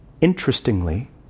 Interestingly